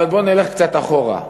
אבל בוא ונלך קצת אחורה,